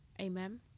Amen